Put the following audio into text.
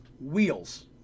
wheels